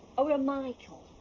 or a michael?